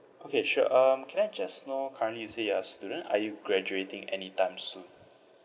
okay sure um can I just know currently you say you are a student are you graduating anytime soon